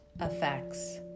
effects